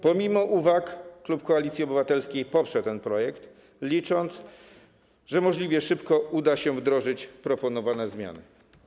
Pomimo uwag klub Koalicji Obywatelskiej poprze ten projekt, licząc, że możliwie szybko uda się wdrożyć proponowane zmiany.